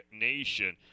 Nation